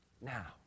Now